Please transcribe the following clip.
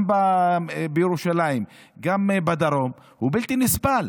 גם בירושלים וגם בדרום המצב הוא בלתי נסבל.